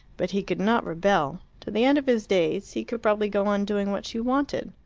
but he could not rebel. to the end of his days he could probably go on doing what she wanted.